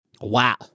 Wow